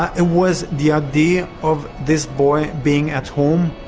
it was the idea of this boy being at home,